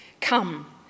Come